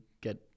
get